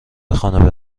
خانه